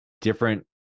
different